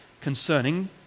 concerning